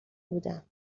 بودم